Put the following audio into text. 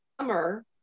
summer